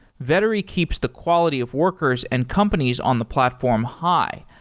vettery keeps the quality of workers and companies on the platform high,